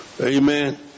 Amen